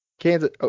Kansas